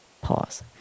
Pause